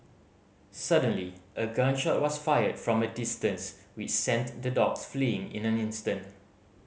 suddenly a gun shot was fired from a distance which sent the dogs fleeing in an instant